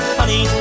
honey